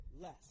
less